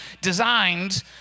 designed